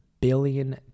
billion